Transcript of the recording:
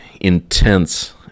intense